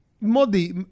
Modi